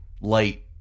light